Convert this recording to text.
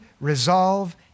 resolve